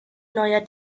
neuer